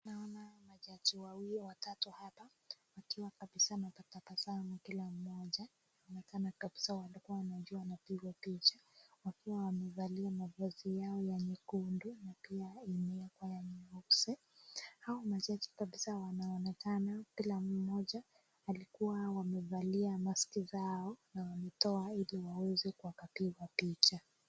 Naona majaji wawili watatu hapa wakiwa kabisa wanatabasamu kila mmoja. Inaonekana kabisa walikuwa wanajua wanapigwa picha wakiwa wamevalia mavazi yao ya nyekundu na pia imewekwa ya nyeusi. Hao majaji kabisa wanaonekana kila mmoja walikua wamevalia maski zao na wametoa ili waweze wakapigwa picha.